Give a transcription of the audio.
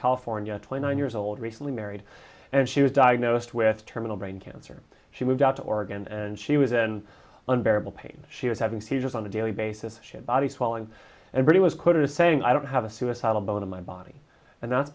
california twenty one years old recently married and she was diagnosed with terminal brain cancer she moved out to oregon and she was in unbearable pain she was having seizures on a daily basis shit body swelling and really was quoted as saying i don't have a suicidal bone in my body and that's